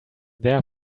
their